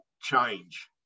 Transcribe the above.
change